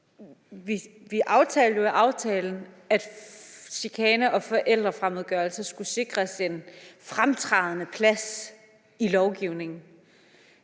vi aftalte jo med aftalen, at chikane og forældrefremmedgørelse skulle sikres en fremtrædende plads i lovgivningen,